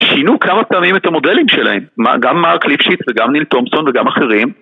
שינו כמה פעמים את המודלים שלהם, גם מר.קליפשיט, וגם ניל תומסון, וגם אחרים...